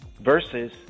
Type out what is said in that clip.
Versus